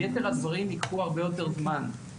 יתר הדברים ייקחו הרבה יותר זמן.